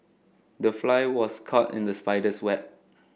the fly was caught in the spider's web